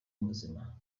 muzima